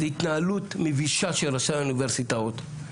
זו התנהלות מבישה של ראשי האוניברסיטאות.